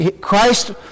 Christ